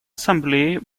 ассамблеей